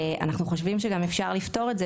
אנחנו חושבים שגם אפשר לפתור את זה